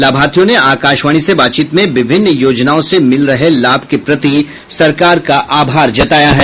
लाभार्थियों ने आकाशवाणी से बातचीत में विभिन्न योजनाओं से मिल रहे लाभ के प्रति सरकार का आभार जताया है